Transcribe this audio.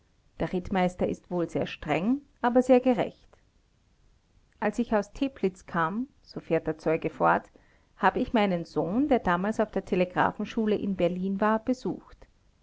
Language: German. der rittmeister ist wohl sehr streng aber sehr gerecht als ich aus teplitz kam so fährt der zeuge fort habe ich meinen sohn der damals auf der telegraphenschule in berlin war besucht